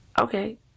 Okay